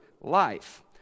life